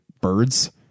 birds